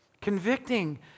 Convicting